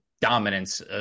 dominance